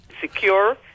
secure